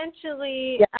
essentially